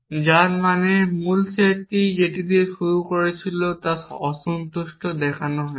যার মানে মূল সেটটি যেটি দিয়ে শুরু হয়েছিল তা অসন্তুষ্ট দেখানো হয়েছে